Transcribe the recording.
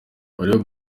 mario